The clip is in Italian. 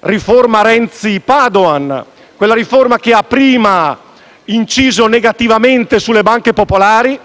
riforma Renzi-Padoan. Quella riforma che ha prima inciso negativamente sulle banche popolari